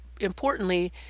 Importantly